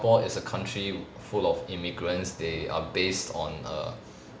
singapore is a country full of immigrants they are based on err